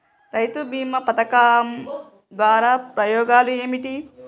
రైతు బీమా పథకం ద్వారా ఉపయోగాలు ఏమిటి?